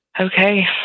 Okay